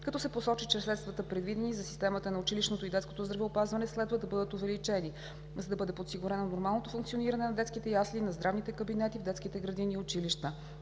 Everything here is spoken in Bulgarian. като се посочи, че средствата, предвидени за системата на училищното и детското здравеопазване следва да бъдат увеличени, за да бъде подсигурено нормалното функциониране на детските ясли и на здравните кабинети в детски градини и училища.